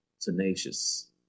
tenacious